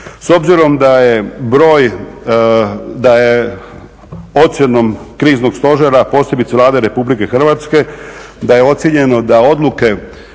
S obzirom da je broj, da je ocjenom kriznog stožera, posebice Vlade RH, da je ocijenjeno da odluke